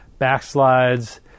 backslides